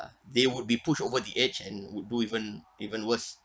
they would be pushed over the edge and would do even even worse